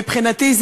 מבחינתי,